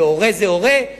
והורה זה הורה,